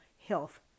health